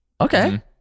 Okay